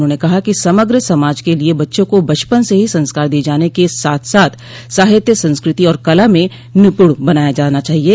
उन्होंने कहा कि समग्र समाज के लिये बच्चों को बचपन से ही संस्कार दिये जान के साथ साथ साहित्य संस्कृति और कला में निपुण बनाया जाना चाहिये